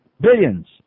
Billions